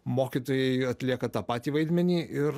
mokytojai atlieka tą patį vaidmenį ir